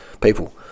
people